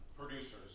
Producers